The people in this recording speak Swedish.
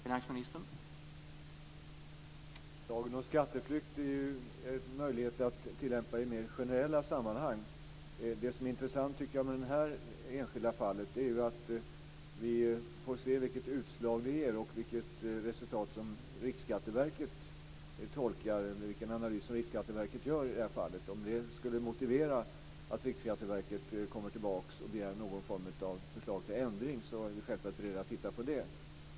Herr talman! Lagen om skatteplikt kan tillämpas i mer generella sammanhang. Det som jag tycker är intressant i det här enskilda fallet är vilken analys som Riksskatteverket gör och om den skulle motivera att Riksskatteverket kommer tillbaka med begäran om ändring i någon form. I så fall är vi självklart beredda att titta på det.